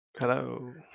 Hello